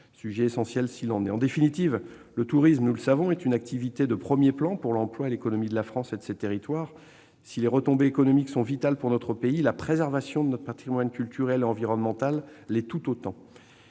en est. Le tourisme est une activité de premier plan pour l'emploi et l'économie de la France et de ses territoires. Si les retombées économiques sont vitales pour notre pays, la préservation de notre patrimoine culturel et environnemental l'est tout autant.